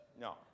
No